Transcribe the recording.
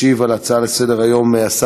הצעות לסדר-היום מס'